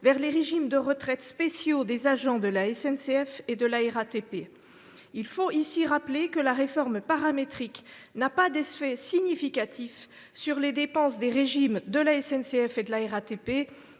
vers les régimes de retraite spéciaux des agents de la SNCF et de la RATP. Il convient de rappeler que la réforme paramétrique n’a pas d’effet significatif sur les dépenses des régimes de la SNCF et de la RATP,